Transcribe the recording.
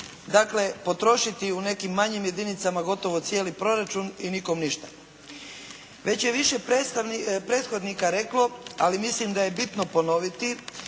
Dakle, potrošiti u nekim manjim jedinicama gotovo cijeli proračun i nikom ništa. Već je više prethodnika reklo ali mislim da je bitno ponoviti